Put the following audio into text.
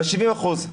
ב-70%.